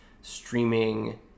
streaming